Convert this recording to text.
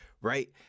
Right